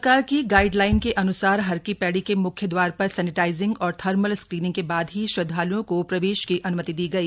सरकार की guideline के अन्सार हरकी पैड़ी के मुख्य द्वार पर सैनेटाइजिंग और थर्मल स्क्रीनिंग के बाद ही श्रद्वाल्ओं को प्रवेश की अन्मति दी गई